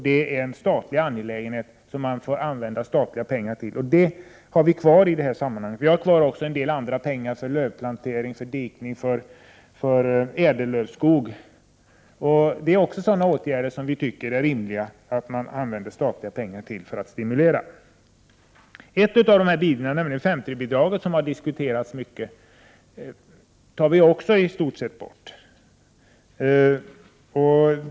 Det är en statlig angelägenhet som man får använda statliga pengar till. Det har vi velat ha kvar i detta sammanhang. Vi vill också ha kvar en del andra Prot. 1988/89:112 bidrag för lövskogsplantering, dikning och ädellövskog. Det är också sådana åtgärder som vi tycker att det är rimligt att man använder statliga pengar för att stimulera. Ett av dessa bidrag, 5:3-bidraget, som har diskuterats mycket, vill vi i stort sett ta bort.